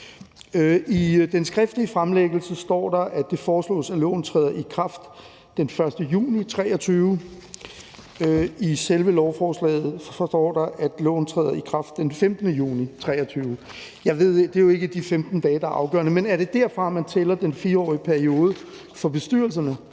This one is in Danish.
I den skriftlige fremsættelse står der, at det foreslås, at loven træder i kraft den 1. juni 2023; i selve lovforslaget står der, at loven træder i kraft den 15. juni 2023. Det er jo ikke de 15 dage, der er afgørende, men er det derfra, man regner den 4-årige periode for bestyrelserne?